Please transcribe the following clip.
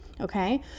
Okay